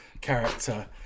character